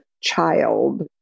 child